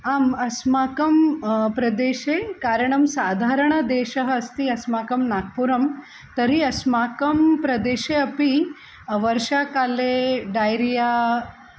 आम् अस्माकं प्रदेशे कारणं साधारणदेशः अस्ति अस्माकं नाग्पुरं तर्हि अस्माकं प्रदेशे अपि वर्षाकाले डैरिया